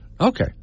okay